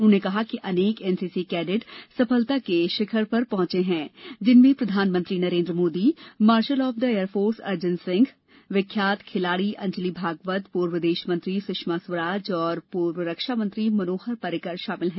उन्होंने कहा कि अनेक एनसीसी कैडट सफलता के शिखर पर पहुंचे हैं जिनमें प्रधानमंत्री Narendra Modi marshal of the air force Arjan Singh विख्यात खिलाड़ी अंजली भागवत पूर्व विदेश मंत्री सुषमा स्वराज और पूर्व रक्षामंत्री मनोहर पर्रिकर शामिल हैं